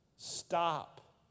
Stop